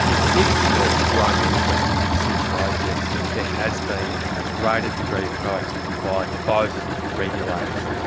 since the the coronial inquest into the sydney road deaths there has been a greater degree of proactivity by both regulators.